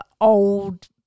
old